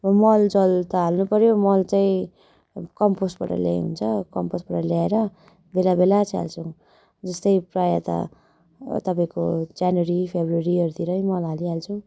मलजल त हाल्नुपऱ्यो मल चाहिँ अब कम्पोस्टबाट ल्याए हुन्छ कम्पोस्टबाट ल्याएर बेला बेला चाहिँ हाल्छौँ जस्तै प्राय त तपाईँको जेनवरी फेब्रुअरीहरू तिरै मल हालिहाल्छौँ